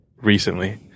recently